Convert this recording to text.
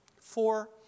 Four